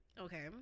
Okay